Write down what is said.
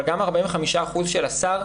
אבל גם 45% של השר,